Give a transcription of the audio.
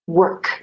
work